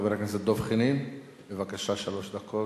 חבר הכנסת דב חנין, בבקשה, שלוש דקות.